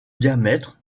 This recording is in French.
diamètre